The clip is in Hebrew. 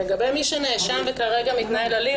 לגבי מי שנאשם וכרגע מתנהל נגדו הליך,